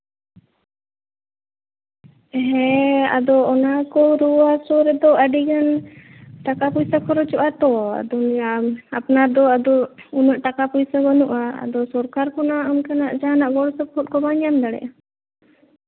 ᱦᱮᱸ ᱟᱫᱚ ᱚᱱᱟᱠᱚ ᱨᱩᱣᱟᱹ ᱦᱟᱹᱥᱩ ᱨᱮᱫᱚ ᱟᱹᱰᱤᱜᱟᱱ ᱴᱟᱠᱟ ᱯᱚᱭᱥᱟ ᱠᱷᱚᱨᱚᱪᱚᱜᱼᱟ ᱛᱚ ᱟᱯᱱᱟᱨ ᱫᱚ ᱟᱫᱚ ᱩᱱᱟᱹᱜ ᱴᱟᱠᱟ ᱯᱩᱭᱥᱟᱹ ᱵᱟᱹᱱᱩᱜᱼᱟ ᱟᱫᱚ ᱥᱚᱨᱠᱟᱨ ᱠᱷᱚᱱᱟᱜ ᱚᱱᱠᱟᱱᱟᱜ ᱜᱚᱲᱚ ᱥᱚᱯᱚᱦᱚᱫ ᱠᱚ ᱵᱟᱝ ᱧᱟᱢ ᱫᱟᱲᱮᱭᱟᱜᱼᱟ